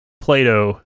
Plato